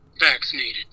vaccinated